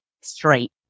straight